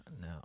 No